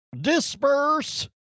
disperse